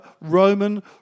Roman